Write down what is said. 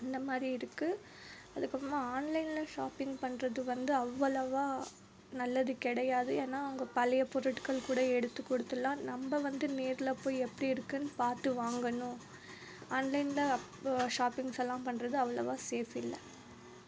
இந்த மாதிரி இருக்குது அதுக்கப்புறமா ஆன்லைனில் ஷாப்பிங் பண்றது வந்து அவ்வளவாக நல்லது கிடையாது ஏன்னா அவங்க பழைய பொருட்கள் கூட எடுத்து கொடுத்துட்லாம் நம்ம வந்து நேரில் போய் எப்படி இருக்குன்னு பார்த்து வாங்கணும் ஆன்லைனில் அப்போது ஷாப்பிங்ஸலாம் பண்றது அவ்வளவா சேஃப் இல்லை